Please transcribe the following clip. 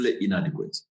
inadequate